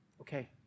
okay